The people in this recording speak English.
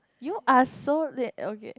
you are so late okay